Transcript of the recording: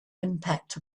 impact